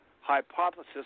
hypothesis